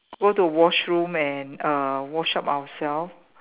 go to washroom and uh wash up ourselves